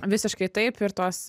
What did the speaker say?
visiškai taip ir tos